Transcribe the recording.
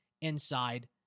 inside